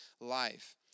life